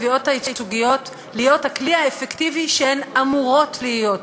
התביעות הייצוגיות לכלי האפקטיבי שהן אמורות להיות,